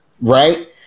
Right